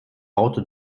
baute